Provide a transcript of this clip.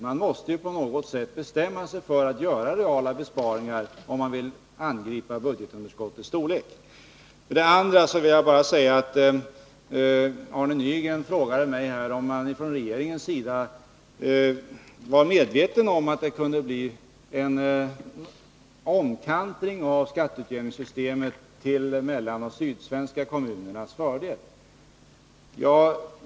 Man måste på något sätt bestämma sig för att göra reala besparingar om man vill angripa budgetunderskottets storlek. Arne Nygren frågade om man från regeringens sida var medveten om att det kunde bli en kantring i skatteutjämningssystemet till de sydoch mellansvenska kommunernas fördel.